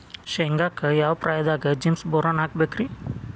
ಶೇಂಗಾಕ್ಕ ಯಾವ ಪ್ರಾಯದಾಗ ಜಿಪ್ಸಂ ಬೋರಾನ್ ಹಾಕಬೇಕ ರಿ?